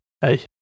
Hey